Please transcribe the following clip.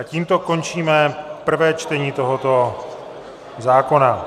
Tímto končíme prvé čtení tohoto zákona.